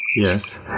yes